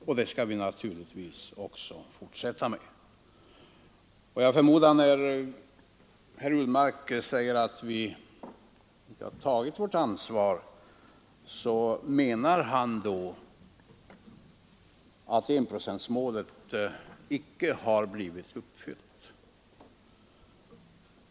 Och det skall vi naturligtvis fortsätta med. När herr Ullsten säger att vi inte tagit vårt ansvar förmodar jag att han menar att enprocentsmålet inte har blivit uppfyllt.